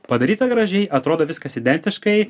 padaryta gražiai atrodo viskas identiškai